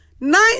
nine